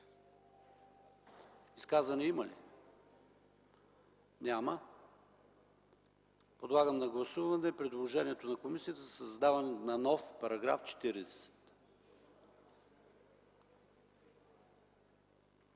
Изказвания има ли? Няма. Подлагам на гласуване предложението на комисията за създаване на нов § 40.